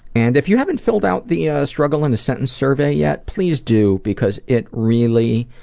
and if you haven't filled out the ah struggle in a sentence survey yet, please do because it really,